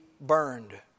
burned